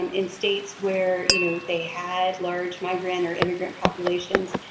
um in states where you know they had large migrant or immigrant populations,